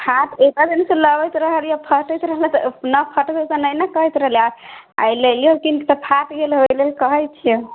फाट एतना दिनसँ लाबैत रहलियौ फाटैत रहलौ तऽ नऽ फटलौ तऽ नहि नऽ कहैत रहलियौ आइ लय लियौ कीन कऽ तऽ फाट गेलौ ओइ लेल कहै छियौ